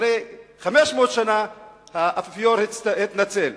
אחרי 500 שנה האפיפיור התנצל.